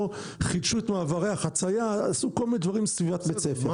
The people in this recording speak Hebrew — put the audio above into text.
חידשו את מעברי החציה ועשו כל מיני דברים בסביבת בית הספר.